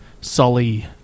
sully